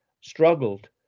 struggled